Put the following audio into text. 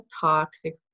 toxic